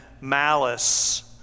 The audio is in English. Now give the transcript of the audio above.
malice